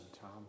Tom